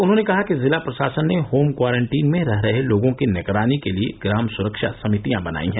उन्होंने कहा कि जिला प्रशासन ने होम क्वारंटीन में रह रहे लोगों की निगरानी के लिए ग्राम सुरक्षा समितियां बनाई हैं